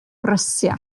brysia